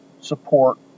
support